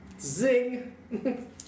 Zing